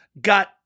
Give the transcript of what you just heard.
got